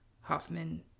Hoffman